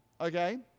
Okay